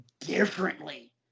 differently